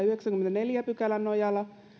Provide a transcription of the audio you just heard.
ja yhdeksännenkymmenennenneljännen pykälän nojalla